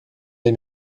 les